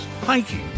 hiking